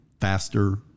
faster